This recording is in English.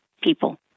people